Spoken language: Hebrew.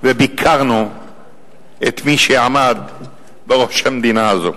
וביקרנו את מי שעמד בראש המדינה הזאת.